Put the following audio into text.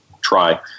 try